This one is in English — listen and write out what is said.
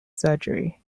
surgery